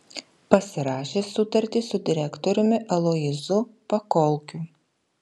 pasirašė sutartį su direktoriumi aloyzu pakolkiu